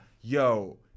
yo